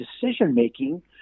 decision-making